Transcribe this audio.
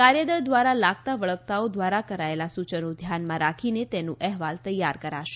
કાર્યદળ દ્વારા લાગતા વળગતાઓ દ્વારા કરાયેલા સૂચનો ધ્યાનમાં રાખીને તેનો અહેવાલ તૈયાર કરશે